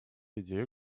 идею